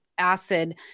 acid